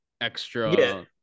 extra